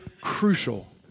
crucial